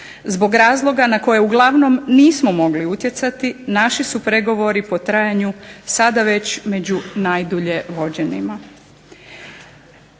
zbog razloga na koje uglavnom nismo mogli utjecati naši su pregovori po trajanju sada već među najdulje vođenima.